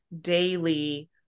daily